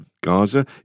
Gaza